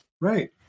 Right